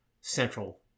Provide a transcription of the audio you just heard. central